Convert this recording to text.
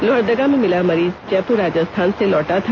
लोहरदगा में मिला मरीज जयपुर राजस्थान से लौटा था